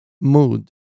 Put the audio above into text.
mood